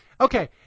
Okay